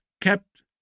kept